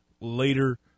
later